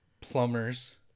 plumbers